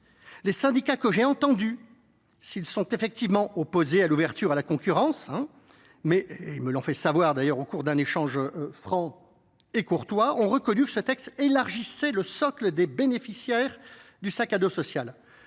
Les syndicats que j’ai entendus, s’ils sont effectivement opposés à l’ouverture à la concurrence et me l’ont fait savoir au cours d’un échange franc et courtois, ont reconnu que ce texte élargissait le socle des bénéficiaires du « sac à dos social